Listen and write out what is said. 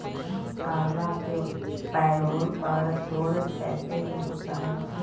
अगला पैरोल पर तोर पैसे के भुगतान होतय